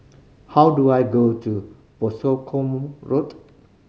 how do I go to Boscombe Road